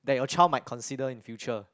that your child might consider in future